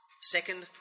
Second